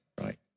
right